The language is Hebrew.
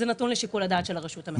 זה נתון לשיקול הדעת של הרשות המקומית.